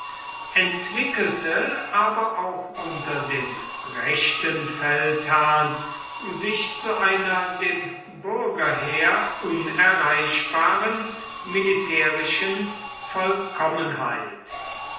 entwickelte aber auch unter dem rechten feldherrn sich zu einer dem bürgerheer unerreichbaren militärischen vollkommenheit